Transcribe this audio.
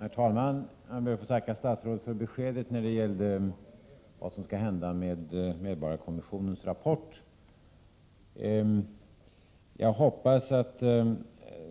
Herr talman! Jag ber att få tacka statsrådet för beskedet om vad som skall hända med medborgarkommissionens rapport. Jag hoppas att